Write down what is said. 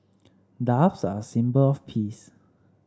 doves are a symbol of peace